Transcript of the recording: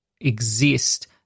exist